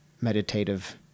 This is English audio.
meditative